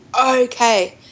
okay